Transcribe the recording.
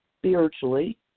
Spiritually